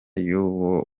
y’uwo